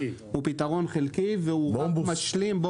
הוא פתרון חלקי והוא רק משלים.